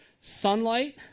sunlight